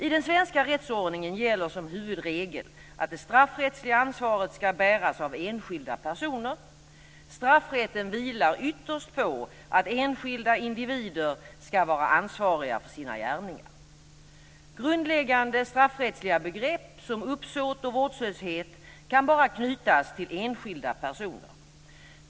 I den svenska rättsordningen gäller som huvudregel att det straffrättsliga ansvaret ska bäras av enskilda personer. Straffrätten vilar ytterst på att enskilda individer ska vara ansvariga för sina gärningar. Grundläggande straffrättsliga begrepp, som uppsåt och vårdslöshet, kan bara knytas till enskilda personer.